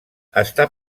està